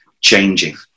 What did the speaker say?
changing